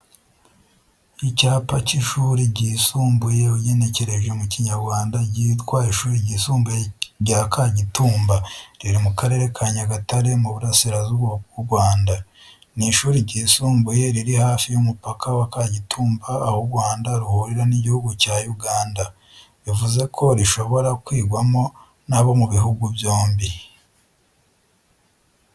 Icyapa cy’ishuri ryisumbuye ugenekereje mu kinyarwanda ryitwa ishuri ryisumbuye rya kagitumba riri mu karere ka nyagatare mu burasirazuba bw’urwanda. Ni ishuri ryisumbuye riri hafi y'umupaka wa kagitumba aho urwanda ruhurira n’igihugu cya uganda. Bivuzeko rishobora kwigwamo n'abo mu bihugo byombi.